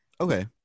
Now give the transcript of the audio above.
okay